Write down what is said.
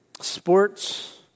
sports